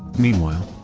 meanwhile,